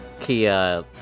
Kia